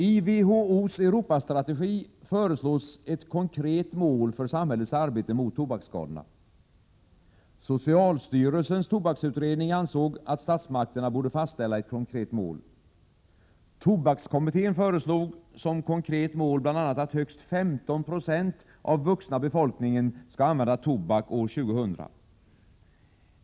I WHO:s Europastrategi föreslås ett konkret mål för samhällets arbete mot tobaksskadorna. Socialstyrelsens tobaksutredning ansåg att statsmakterna borde fastställa ett konkret mål. Tobakskommittén föreslog som konkret mål bl.a. att högst 15 96 av den vuxna befolkningen skall använda tobak år 2000.